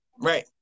Right